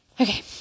Okay